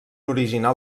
original